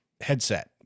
headset